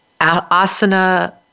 asana